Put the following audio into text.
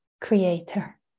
creator